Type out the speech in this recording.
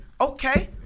okay